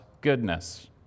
goodness